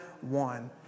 One